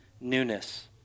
newness